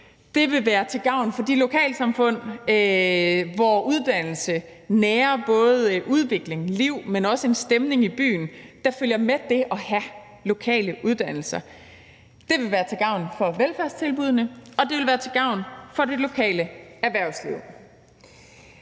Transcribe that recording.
det vil også være til gavn for de lokalsamfund, hvor uddannelse nærer både udvikling og liv, men også skaber stemning i byen, der følger med det at have lokale uddannelser. Det vil være til gavn for velfærdstilbuddene, og det vil være til gavn for det lokale erhvervsliv.